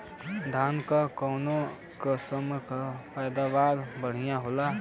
धान क कऊन कसमक पैदावार बढ़िया होले?